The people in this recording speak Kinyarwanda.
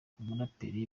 umuraperi